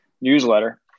newsletter